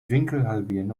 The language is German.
winkelhalbierende